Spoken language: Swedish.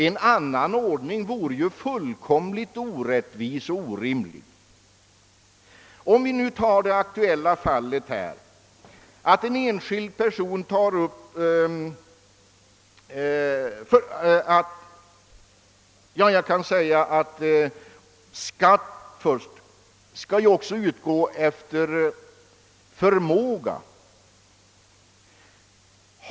En annan ordning vore ju fullkomligt orättvis och orimlig. Skatt skall ju också utgå efter förmåga.